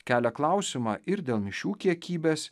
kelia klausimą ir dėl mišių kiekybės